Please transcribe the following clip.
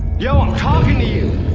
yo, i'm talkin' to you!